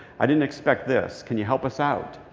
i didn't expect this. can you help us out?